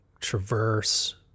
traverse